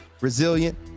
resilient